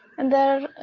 and there,